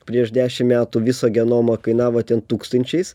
prieš dešim metų viso genomo kainavo ten tūkstančiais